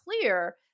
clear